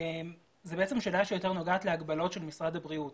זאת משאלה שיותר נוגעת להגבלות של משרד הבריאות